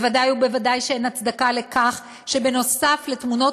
ודאי וודאי אין הצדקה לכך שנוסף על תמונות